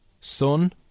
sun